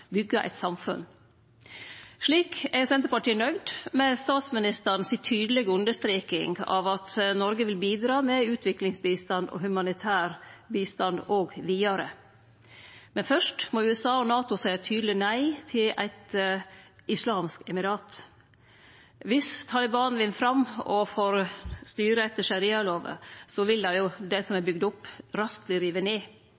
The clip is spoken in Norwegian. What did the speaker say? eit samfunn. Slik er Senterpartiet nøgd med statsministerens tydelege understreking av at Noreg vil bidra med utviklingsbistand og humanitær bistand òg vidare. Men fyrst må USA og NATO seie tydeleg nei til eit islamsk emirat. Om Taliban vinn fram og får styra etter sharialover, vil det som er bygd opp, raskt verte rive ned.